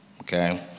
Okay